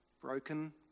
broken